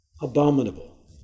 abominable